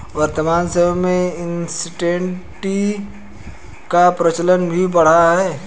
वर्तमान समय में इंसटैंट टी का प्रचलन भी बढ़ा है